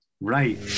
right